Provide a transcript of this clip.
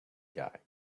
guy